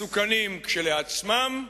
מסוכנים כשלעצמם,